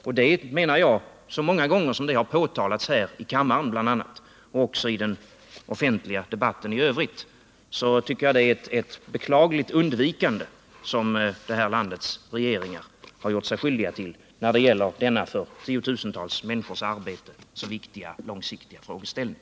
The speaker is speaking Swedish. Och så många gånger som detta påtalats bl.a. här i kammaren men också i den offentliga debatten i övrigt tycker jag att det är ett beklagligt undvikande som det här landets regeringar gjort sig skyldiga till i denna för 10 000-tals människors arbete så viktiga och långsiktiga frågeställning.